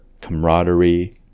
camaraderie